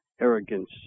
arrogance